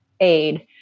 aid